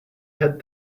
had